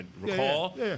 recall